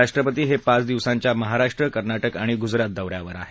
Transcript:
राष्ट्रपती पाच दिवसांच्या महाराष्ट्र कर्ना के आणि गुजरात दौऱ्यावर आहेत